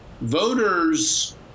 Voters